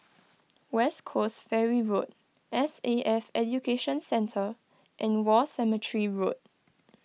West Coast Ferry Road S A F Education Centre and War Cemetery Road